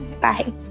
bye